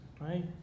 right